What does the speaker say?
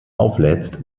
auflädst